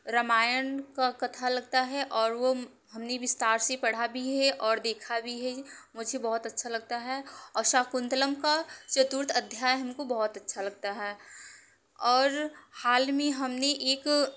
रामायण का कथा लगता है और वो हमने विस्तार से पढ़ा भी है और देखा भी है मुझे बहुत अच्छा लगता है और शाकुंतलम का चतुर्थ अध्याय हमको बहुत अच्छा लगता है और हाल में हमने एक